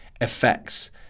effects